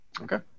Okay